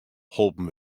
holpen